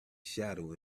shadow